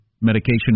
medication